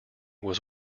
was